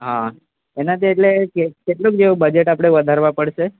હાં એને ત્યાં એટલે કેટલું કેટલુંક જેવુ બજેટ આપડે વધારવા પડશે